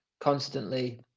constantly